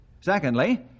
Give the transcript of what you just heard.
Secondly